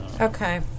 Okay